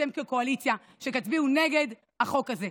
שאתם כקואליציה תצביעו נגד החוק הזה.